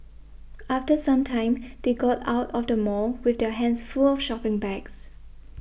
after some time they got out of the mall with their hands full of shopping bags